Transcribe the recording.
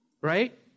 Right